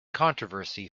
controversy